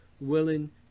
willing